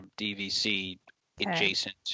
DVC-adjacent